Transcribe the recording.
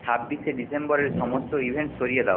ছাব্বিশে ডিসেম্বরের সমস্ত ইভেন্ট সরিয়ে দাও